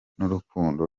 n’urukundo